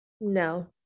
No